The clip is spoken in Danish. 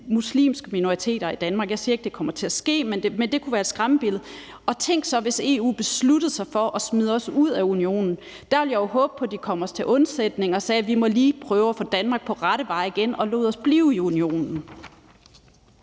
muslimske minoriteter i Danmark. Jeg siger ikke, at det kommer til at ske, men det kunne være et skræmmebillede. Og tænk sig, hvis EU besluttede sig for at smide os ud af Unionen. Der ville jeg jo håbe på, at de kom os til undsætning og sagde, at de lige måtte prøve at få Danmark på rette vej igen, og lod os blive i Unionen.